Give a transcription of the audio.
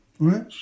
Right